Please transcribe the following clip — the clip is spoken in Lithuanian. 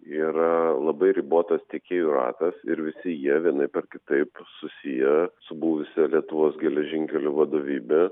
yra labai ribotas tiekėjų ratas ir visi jie vienaip ar kitaip susiję su buvusia lietuvos geležinkelių vadovybe